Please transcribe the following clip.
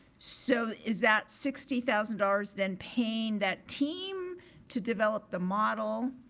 so, is that sixty thousand dollars then paying that team to develop the model?